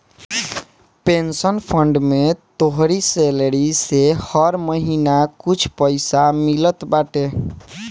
pension fund में तोहरी salary से हर महिना कुछ पईसा मिलत बाटे